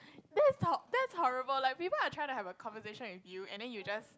that's horr~ that's horrible like people are trying to have a conversation with you and then you just